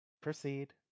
Proceed